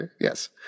Yes